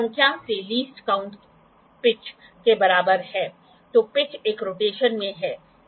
यह लगभग एक बेवल प्रोट्रैक्टर के समान है सिवाय ऑप्टिकल चीज़ के जो दिखाई देता है